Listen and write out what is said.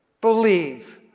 believe